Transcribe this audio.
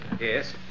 Yes